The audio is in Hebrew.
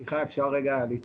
סליחה, אפשר להצטרף?